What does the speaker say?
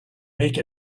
make